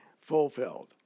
fulfilled